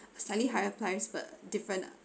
slightly higher price but different